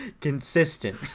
Consistent